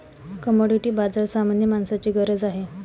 commodity बाजार सामान्य माणसाची गरज आहे